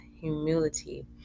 humility